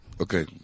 Okay